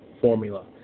formula